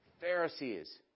Pharisees